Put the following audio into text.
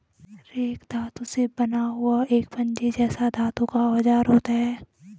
rake धातु से बना हुआ एक पंजे जैसा धातु का औजार होता है